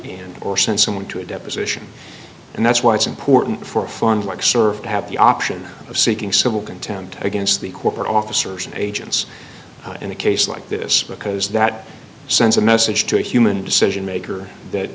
again or sent someone to a deposition and that's why it's important for a fund like serve to have the option of seeking civil contempt against the corporate officers and agents in a case like this because that sends a message to a human decision maker that